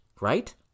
right